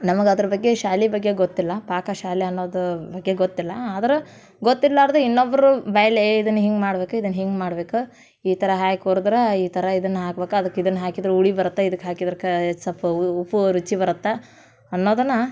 ನಮಗೆ ಅದ್ರ ಬಗ್ಗೆ ಶಾಲೆ ಬಗ್ಗೆ ಗೊತ್ತಿಲ್ಲ ಪಾಕಶಾಲೆ ಅನ್ನೋದು ಬಗ್ಗೆ ಗೊತ್ತಿಲ್ಲ ಆದ್ರೆ ಗೊತ್ತಿಲ್ಲಾರದೆ ಇನ್ನೊಬ್ರ ಬಾಯಲ್ಲೇ ಇದನ್ನು ಹಿಂಗೆ ಮಾಡ್ಬೇಕು ಇದನ್ನು ಹಿಂಗೆ ಮಾಡ್ಬೇಕು ಈ ಥರ ಹಾಕ್ ಹುರ್ದ್ರ ಈ ಥರ ಇದನ್ನು ಹಾಕ್ಬೇಕು ಅದಕ್ಕೆ ಇದನ್ನು ಹಾಕಿದ್ರೆ ಹುಳಿ ಬರುತ್ತೆ ಇದಕ್ಕೆ ಹಾಕಿದ್ರೆ ಕ ಸಲ್ಪ ಉಪ್ಪು ರುಚಿ ಬರತ್ತೆ ಅನ್ನೋದನ್ನು